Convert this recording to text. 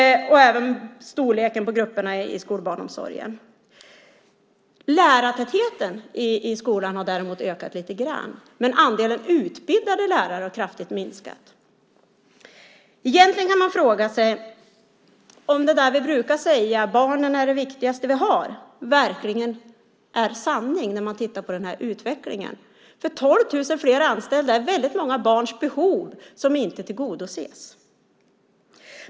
Även storleken på grupperna i skolbarnsomsorgen har ökat. Lärartätheten i skolan har däremot ökat lite grann. Men andelen utbildade lärare har minskat kraftigt. Egentligen kan man fråga sig om det där som vi brukar säga om att barnen är det viktigaste som vi har verkligen är sanning när man tittar på denna utveckling. En minskning av antalet anställda med 12 000 innebär att väldigt många barns behov inte tillgodoses.